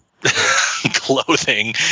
clothing